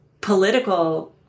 political